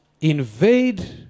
invade